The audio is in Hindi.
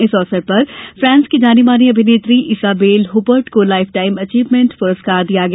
इस अवसर पर फ्रांस की जानी मानी अभिनेत्री ईसाबेल हुपर्ट को लाइफटाइम एचीवमेंट प्रस्कार दिया गया